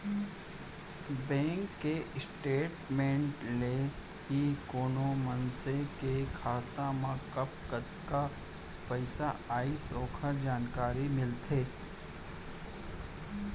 bank के statement ले ही कोनो मनसे के खाता मा कब कतका पइसा आइस ओकर जानकारी मिलथे